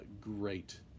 great